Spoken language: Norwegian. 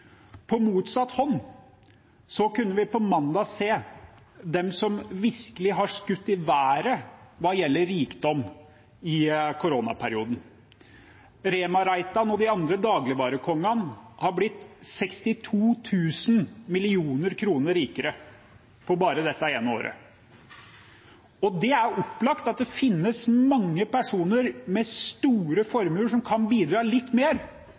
På motsatt hånd kunne vi på mandag se dem som virkelig har skutt i været hva gjelder rikdom i koronaperioden. Rema-Reitan og de andre dagligvarekongene har blitt 62 000 mill. kr rikere på bare dette ene året. Det er opplagt at det finnes mange personer med store formuer som kan bidra litt mer,